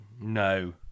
No